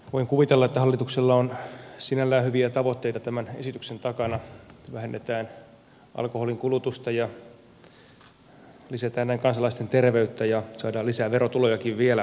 voin kuvitella että hallituksella on sinällään hyviä tavoitteita tämän esityksen takana kun vähennetään alkoholinkulutusta ja lisätään näin kansalaisten terveyttä ja saadaan lisää verotulojakin vielä